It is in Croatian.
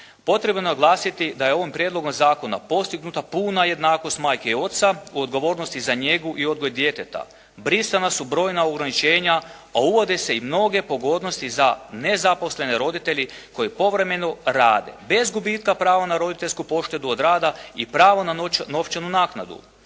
Potrebno je naglasiti da je ovim prijedlogom zakona postignuta puna jednakost majke i oca o odgovornosti za njegu i odgoj djeteta, brisana su brojna ograničenja a uvode se i mnoge pogodnosti za nezaposlene roditelje koji povremeno rade, bez gubitka prava na roditeljsku poštedu od rada i pravo na novčanu naknadu.